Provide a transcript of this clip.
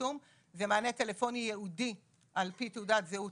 ליישום זה מענה טלפוני ייעודי על פי תעודת זהות